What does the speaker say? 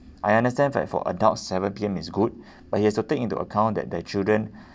I understand that for adults seven P_M is good but he has to take into account that the children